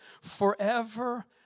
forever